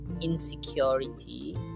insecurity